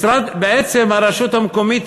בעצם הרשות המקומית,